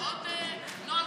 זה עוד נוהל חדש שהמצאתם היום?